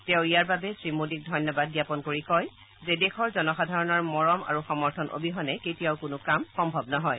তেওঁ ইয়াৰ বাবে শ্ৰীমোডীক ধন্যবাদ জ্ঞাপন কৰি কয় যে দেশৰ জনসাধাৰণৰ মৰম আৰু সমৰ্থন অবিহনে কেতিয়াও কোনো কাম সম্ভৱ নহয়